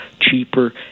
cheaper